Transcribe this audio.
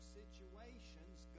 situations